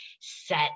set